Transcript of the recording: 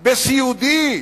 בסיעודי.